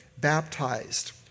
baptized